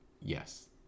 Yes